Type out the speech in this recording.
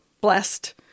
blessed